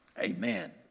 Amen